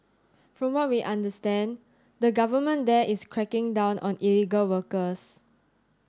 from what we understand the government there is cracking down on illegal workers